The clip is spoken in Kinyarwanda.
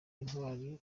intwari